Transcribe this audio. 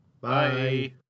Bye